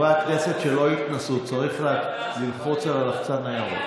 חברי הכנסת שלא התנסו, צריך ללחוץ על הלחצן הירוק.